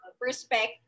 perspective